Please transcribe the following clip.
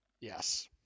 Yes